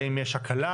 האם יש הקלה,